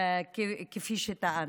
כפי שטענת.